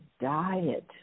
diet